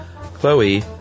Chloe